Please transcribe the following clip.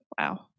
wow